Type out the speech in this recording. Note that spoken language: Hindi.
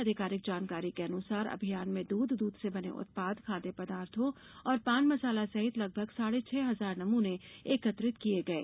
आधिकारिक जानकारी के अनुसार अभियान में दूध दूध से बने उत्पाद खाद्य पदार्थों और पान मसाला सहित लगभग साढे छह हजार नमने एकत्रित किये गये